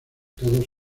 todos